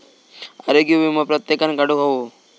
आरोग्य वीमो प्रत्येकान काढुक हवो